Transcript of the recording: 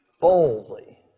boldly